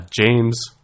James